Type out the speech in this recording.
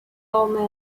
old